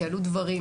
כי עלו דברים